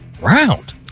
round